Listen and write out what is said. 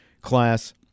class